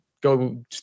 go